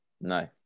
No